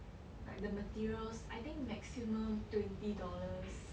like the materials I think maximum twenty dollars